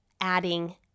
adding